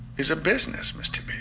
is a business, mr.